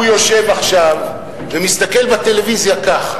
הוא יושב עכשיו ומסתכל בטלוויזיה, כך,